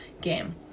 game